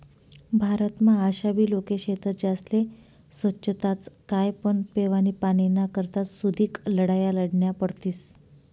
भारतमा आशाबी लोके शेतस ज्यास्ले सोच्छताच काय पण पेवानी पाणीना करता सुदीक लढाया लढन्या पडतीस